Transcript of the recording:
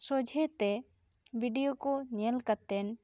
ᱥᱚᱡᱷᱮ ᱛᱮ ᱵᱤᱰᱤᱭᱳ ᱠᱚ ᱧᱮᱞ ᱠᱟᱛᱮᱜ